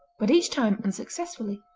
but each time unsuccessfully.